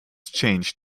changed